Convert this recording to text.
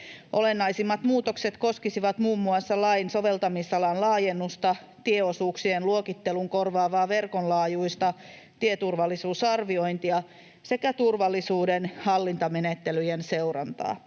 Olennaisimmat muutokset koskisivat muun muassa lain soveltamisalan laajennusta, tieosuuksien luokittelun korvaavaa verkon laajuista tieturvallisuusarviointia sekä turvallisuuden hallintamenettelyjen seurantaa.